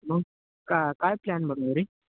म का काय प्लॅन बनवू रे